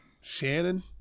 Shannon